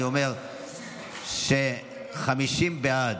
אני אומר ש-50 בעד,